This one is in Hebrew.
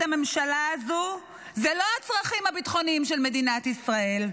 הממשלה הזאת הוא לא הצרכים הביטחוניים של מדינת ישראל,